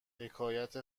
حکایت